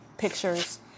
pictures